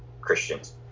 Christians